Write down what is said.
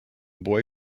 boy